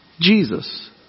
Jesus